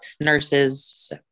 nurses